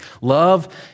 Love